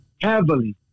heavily